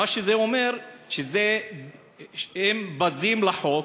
זה אומר שהם בזים לחוק,